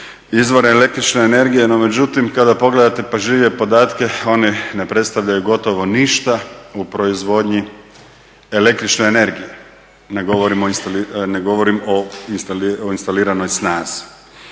izvore el.energije. no međutim kada pogledate pažljivije podatke oni ne predstavljaju gotovo ništa u proizvodnji el.energije. ne govorim o instaliranoj snazi.